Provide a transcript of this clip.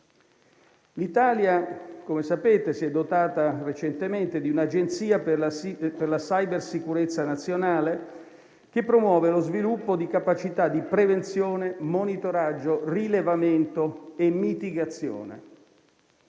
L'Italia, come sapete, si è dotata recentemente di un'Agenzia per la cybersicurezza nazionale, che promuove lo sviluppo di capacità di prevenzione, monitoraggio, rilevamento e mitigazione.